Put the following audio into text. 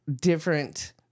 different